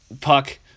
puck